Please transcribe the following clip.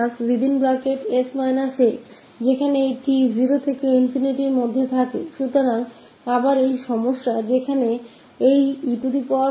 तो हमारे पास है e t जहा t 0 से ∞ जा रहा ह